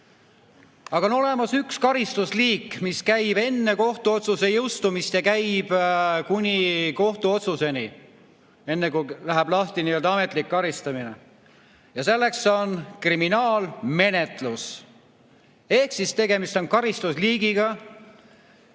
Aga on olemas üks karistusliik, mis on enne kohtuotsuse jõustumist ja käib kuni kohtuotsuseni, enne kui läheb lahti nii-öelda ametlik karistamine. See on kriminaalmenetlus. Ehk siis tegemist on karistusliigiga,